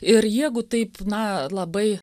ir jeigu taip na labai